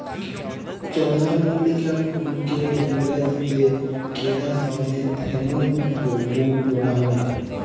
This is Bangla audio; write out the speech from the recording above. চলদরমল্লিকা ফুলকে ইংরাজিতে কেরাসনেথেমুম ফুল ব্যলা হ্যয়